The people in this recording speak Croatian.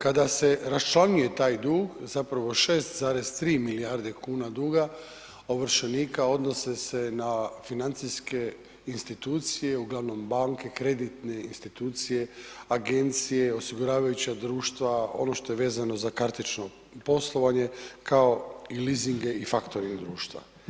Kada se raščlanjuje taj dug, zapravo 6,3 milijarde kuna duga ovršenika, odnose se na financijske institucije, uglavnom banke, kreditne institucije, agencije, osiguravajuća društva, ono što je vezano za kartično poslovanje kao i leasinge i faktore društva.